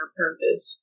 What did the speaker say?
purpose